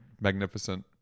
magnificent